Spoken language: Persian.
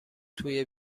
توی